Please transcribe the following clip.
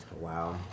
Wow